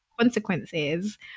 consequences